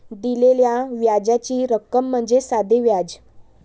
दिलेल्या व्याजाची रक्कम म्हणजे साधे व्याज